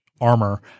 armor